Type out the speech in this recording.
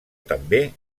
també